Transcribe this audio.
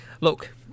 Look